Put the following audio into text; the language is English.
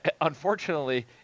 unfortunately